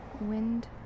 wind